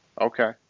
Okay